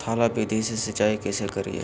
थाला विधि से सिंचाई कैसे करीये?